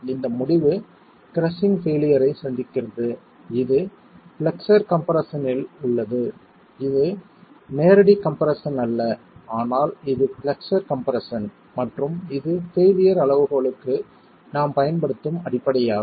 இந்த முடிவு crushing failure ஐ சந்திக்கிறது இது பிளக்ஸர் கம்ப்ரெஸ்ஸன் இல் உள்ளது இது நேரடி கம்ப்ரெஸ்ஸன் அல்ல ஆனால் இது பிளக்ஸர் கம்ப்ரெஸ்ஸன் மற்றும் இது பெயிலியர் அளவுகோலுக்கு நாம் பயன்படுத்தும் அடிப்படையாகும்